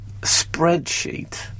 spreadsheet